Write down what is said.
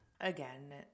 Again